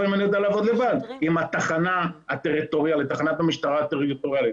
לפעמים אני יודע לעבוד לבד עם תחנת משטרה הטריטוריאלית.